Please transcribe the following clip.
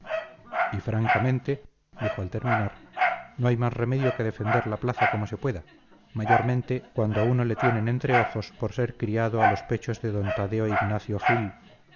y francamente dijo al terminar no hay más remedio que defender la plaza como se pueda mayormente cuando a uno le tienen entre ojos por ser criado a los pechos de d tadeo ignacio gil